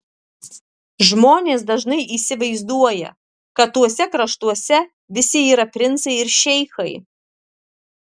žmonės dažnai įsivaizduoja kad tuose kraštuose visi yra princai ir šeichai